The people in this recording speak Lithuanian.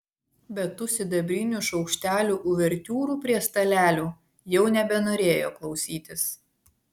bet tų sidabrinių šaukštelių uvertiūrų prie stalelių jau nebenorėjo klausytis